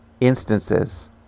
instances